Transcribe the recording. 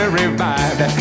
revived